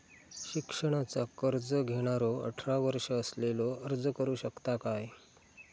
शिक्षणाचा कर्ज घेणारो अठरा वर्ष असलेलो अर्ज करू शकता काय?